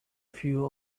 few